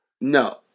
No